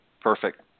perfect